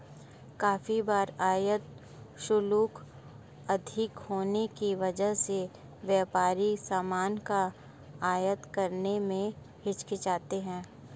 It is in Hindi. काफी बार आयात शुल्क अधिक होने की वजह से व्यापारी सामान का आयात करने में हिचकिचाते हैं